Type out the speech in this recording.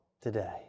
today